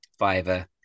Fiverr